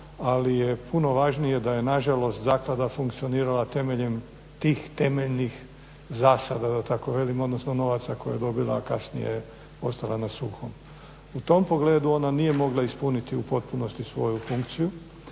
ali je puno važnije da je nažalost zaklada funkcionirala temeljem tih temeljnih zasada, odnosno novaca koje je dobila, a kasnije ostala na suhom. U tom pogledu ona nije mogla ispuniti u potpunosti svoju funkciju,